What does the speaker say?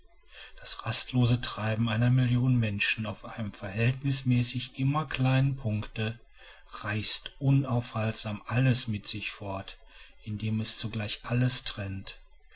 das rastlose treiben einer million menschen auf einem verhältnismäßig immer kleinen punkte reißt unaufhaltsam alles mit sich fort indem es zugleich alles trennt